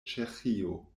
ĉeĥio